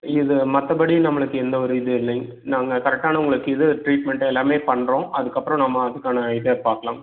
இது மற்றபடி நம்மளுக்கு எந்த ஒரு இது இல்லைங் நாங்கள் கரெக்ட்டான உங்களுக்கு இது ட்ரீட்மெண்ட்டு எல்லாமே பண்ணுறோம் அதுக்கப்புறம் நம்ம அதுக்கான இதை பார்க்கலாம்